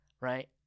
Right